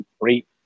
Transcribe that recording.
Great